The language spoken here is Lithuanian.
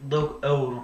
daug eurų